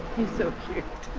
he's so cute.